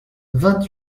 vingt